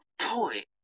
point